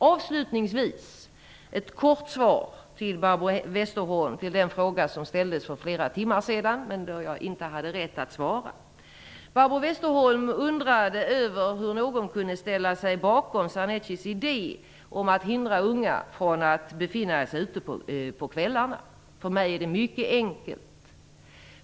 Avslutningsvis vill jag ge ett kort svar till Barbro Westerholm på den fråga som ställdes för flera timmar sedan, då jag inte hade rätt att svara. Barbro Westerholm undrade hur någon kunde ställa sig bakom Sarneckis idé om att hindra ungdomar från att befinna sig ute på kvällarna. För mig är det mycket enkelt.